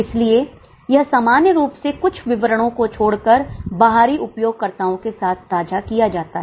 इसलिए यह सामान्य रूप से कुछ विवरणों को छोड़कर बाहरी उपयोगकर्ताओं के साथ साझा किया जाता है